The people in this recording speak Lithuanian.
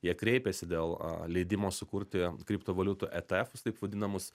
jie kreipėsi dėl a leidimo sukurti kriptovaliutų etefus taip vadinamus